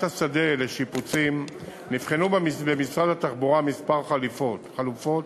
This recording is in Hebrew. השדה לשיפוצים נבחנו במשרד התחבורה כמה חלופות,